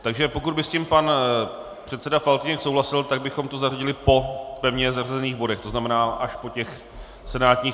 Takže pokud by s tím pan předseda Faltýnek souhlasil, tak bychom to zařadili po pevně zařazených bodech, to znamená až po těch senátních.